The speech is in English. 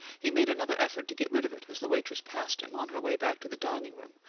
he made another effort to get rid of it as the waitress passed him, on her way back to the dining-room,